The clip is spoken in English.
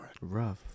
rough